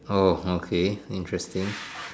oh okay interesting